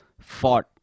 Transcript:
fought